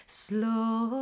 slow